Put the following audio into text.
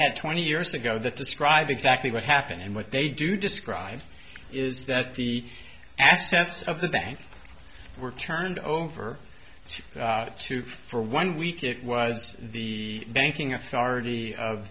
had twenty years ago that describe exactly what happened and what they do describe is that the assets of the bank were turned over to for one week it was the banking authority of